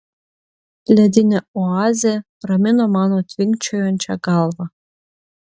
ledinė oazė ramino mano tvinkčiojančią galvą